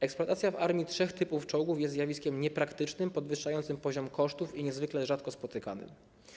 Eksploatacja w armii trzech typów czołgów jest zjawiskiem niepraktycznym, podwyższającym poziom kosztów i niezwykle rzadko spotykanym.